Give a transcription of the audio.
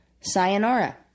sayonara